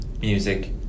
music